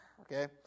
Okay